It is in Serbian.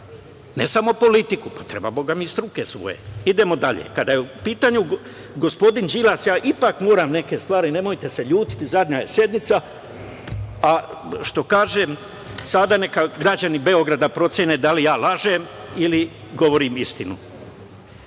Ne samo politiku, treba bogami i struke svoje. Idemo dalje, kada je u pitanju gospodin Đilas, ja ipak moram neke stvari, nemojte se ljutiti, zadnja je sednica, pa neka građani Beograda procene da li ja lažem ili govorim istinu. Đilas